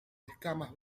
escamas